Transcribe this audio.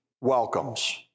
welcomes